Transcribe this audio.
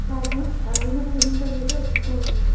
ꯁꯥꯔ ꯍꯣꯏꯅ ꯐꯅꯤ ꯈꯟꯕꯗꯣ ꯑꯗꯨꯝ ꯇꯧꯕꯤꯎ